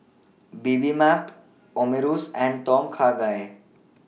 Bibimbap Omurice and Tom Kha Gai